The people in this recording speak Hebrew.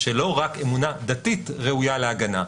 שלא רק אמונה דתית ראויה להגנה,